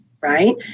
right